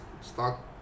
stock